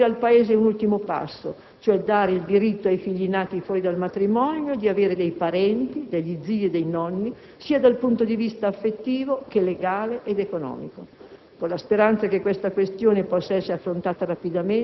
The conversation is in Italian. La Costituzione, invece, non solo garantisce ai figli naturali il diritto di essere mantenuti, istruiti ed educati dai loro genitori, ma impone anche alle leggi di assicurare loro una tutela compatibile con quella della famiglia legittima.